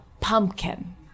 pumpkin